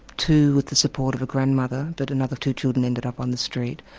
two with the support of a grandmother, but another two children ended up on the street.